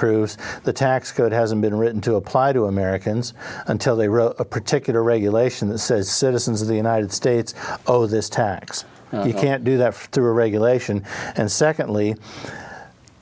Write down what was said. proves the tax code hasn't been written to apply to americans until they wrote a particular regulation that says citizens of the united states oh this tax you can't do that through regulation and secondly